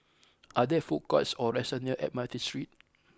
are there food courts or restaurants near Admiralty Street